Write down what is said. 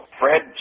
fred